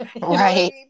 Right